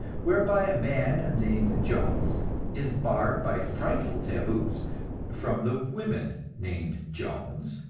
whereby a man named jones is barred by frightful taboos from the women named jones,